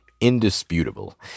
indisputable